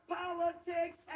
politics